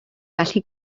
gallu